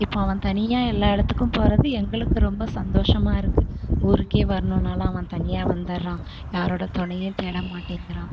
இப்போ அவன் தனியாக எல்லா இடத்துக்கும் போகறது எங்களுக்கு ரொம்ப சந்தோஷமாக இருக்கு ஊருக்கே வரணுனாலும் அவன் தனியாக வந்தர்றான் யாரோட துணையும் தேடமாட்டேங்கிறான்